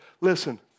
Listen